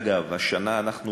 אגב, השנה אנחנו